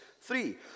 Three